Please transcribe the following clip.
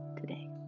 today